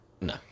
No